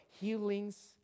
healings